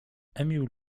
emil